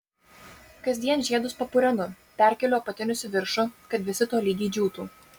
kasdien žiedus papurenu perkeliu apatinius į viršų kad visi tolygiai džiūtų